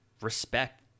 respect